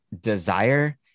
desire